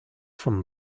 from